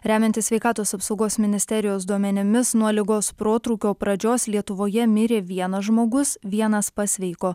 remiantis sveikatos apsaugos ministerijos duomenimis nuo ligos protrūkio pradžios lietuvoje mirė vienas žmogus vienas pasveiko